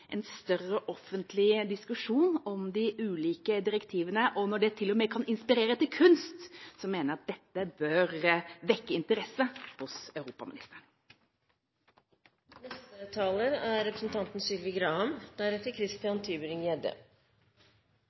en større offentlig diskusjon om de ulike direktivene, og når det til og med kan inspirere til kunst, mener jeg at dette bør vekke interesse hos